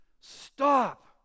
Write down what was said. Stop